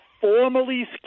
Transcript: formally